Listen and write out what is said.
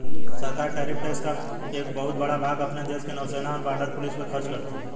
सरकार tariff tax का एक बहुत बड़ा भाग अपने देश के नौसेना और बॉर्डर पुलिस पर खर्च करती हैं